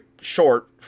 short